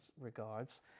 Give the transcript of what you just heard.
regards